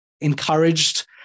encouraged